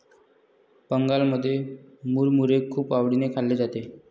बंगालमध्ये मुरमुरे खूप आवडीने खाल्ले जाते